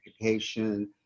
education